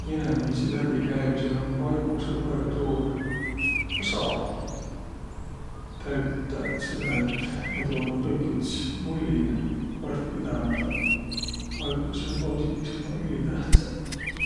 Inemiisi läbikäümisel um vaikusõl väega suur osa täütäq, selle et muido olnuq kõik üts mullin vaihtpidämäldäq. Vaikus ja pausiq iks ummaq ülitähtsäq.